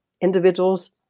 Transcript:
individuals